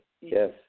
yes